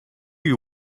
you